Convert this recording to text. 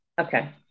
Okay